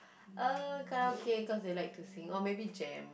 uh karaoke cause they like to sing or maybe jam